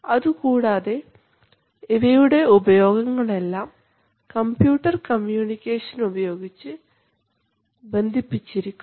അതുകൂടാതെ ഇവയുടെ ഉപയോഗങ്ങൾ എല്ലാം കമ്പ്യൂട്ടർ കമ്മ്യൂണിക്കേഷൻ ഉപയോഗിച്ച് ബന്ധിപ്പിച്ചിരിക്കുന്നു